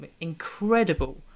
incredible